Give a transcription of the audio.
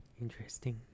interesting